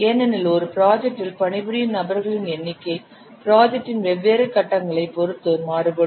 ஏனெனில் ஒரு ப்ராஜெக்டில் பணிபுரியும் நபர்களின் எண்ணிக்கை ப்ராஜெக்டின் வெவ்வேறு கட்டங்களைப் பொறுத்து மாறுபடும்